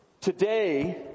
Today